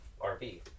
RV